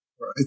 right